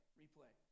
replay